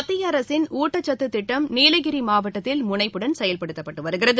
மத்திய அரசின் ஊட்டச்சத்து திட்டம் நீலகிரி மாவட்டத்தில் முனைப்புடன் செயல்படுத்தப்பட்டு வருகிறது